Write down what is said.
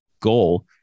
goal